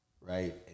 right